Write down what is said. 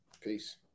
Peace